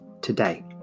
today